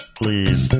please